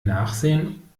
nachsehen